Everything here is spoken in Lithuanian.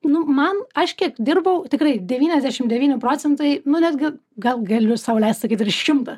nu man aš kiek dirbau tikrai devyniasdešim devyni procentai nu netgi gal galiu sau leist sakyt ir šimtą